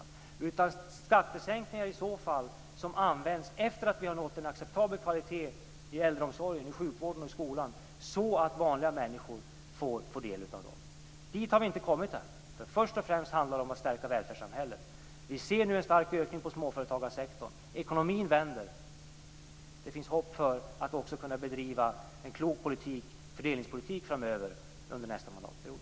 Det skulle i så fall vara skattesänkningar som används så att vanliga människor får del av dem efter det att vi har nått en acceptabel kvalitet i äldreomsorgen, i sjukvården och i skolan. Dit har vi inte kommit än. Först och främst handlar det om att stärka välfärdssamhället. Vi ser nu en stark ökning på småföretagarsektorn. Ekonomin vänder. Det finns hopp om att också kunna bedriva en klok fördelningspolitik under nästa mandatperiod.